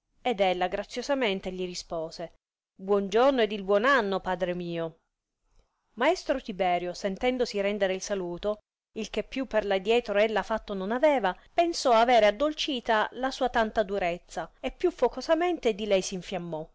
ed ella graziosamente gli rispose buon giorno ed il buon anno padre mio maestro tiberio sentendosi rendere il saluto il che più per r adietro ella fatto non aveva pensò avere addolcita la sua tanta durezza e più focosamente di lei s infiammò